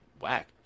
whack